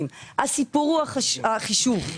הסיפור הוא החישוב.